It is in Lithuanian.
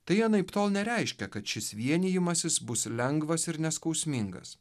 tai anaiptol nereiškia kad šis vienijimasis bus lengvas ir neskausmingas